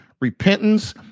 repentance